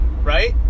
right